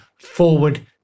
forward